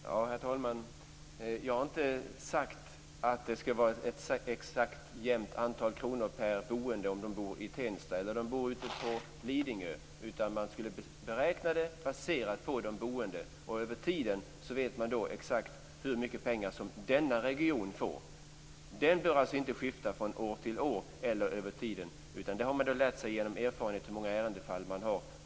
Herr talman! Jag har inte sagt att det skall vara ett exakt jämnt antal kronor per boende oavsett om de bor i Tensta eller ute på Lidingö utan att man skulle beräkna det baserat på de boende. Och över tiden vet man då exakt hur mycket pengar som denna region får. Det bör alltså inte skifta från år till år eller över tiden. Man lär sig genom erfarenhet hur många ärendefall man har.